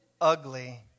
ugly